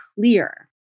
clear